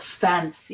fancy